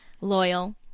Loyal